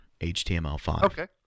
HTML5